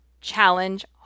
challenge